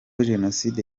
jenoside